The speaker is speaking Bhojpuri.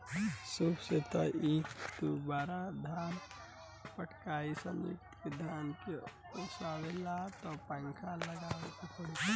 सूप से त एक दू बोरा ही धान फटकाइ कुंयुटल के धान के ओसावे ला त पंखा लगावे के पड़ी